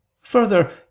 Further